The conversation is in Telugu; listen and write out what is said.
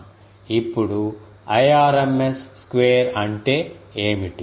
ఇప్పుడు Irms స్క్వేర్ అంటే ఏమిటి